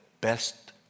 best